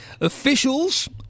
Officials